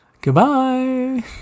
Goodbye